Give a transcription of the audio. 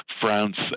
France